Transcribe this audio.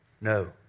No